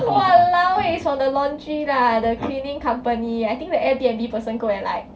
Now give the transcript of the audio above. !walao! eh is from the laundry lah the cleaning company I think the Airbnb person go and like